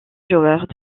joueurs